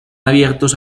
abiertos